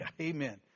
Amen